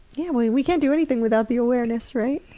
yeah we we can't do anything without the awareness, right?